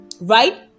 right